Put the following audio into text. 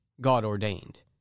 God-ordained